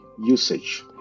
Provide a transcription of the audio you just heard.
usage